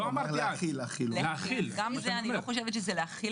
אמרת: אני לא חושבת שאני הולכת